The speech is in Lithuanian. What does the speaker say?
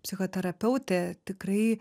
psichoterapeutė tikrai